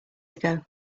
ago